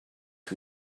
who